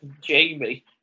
Jamie